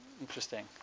Interesting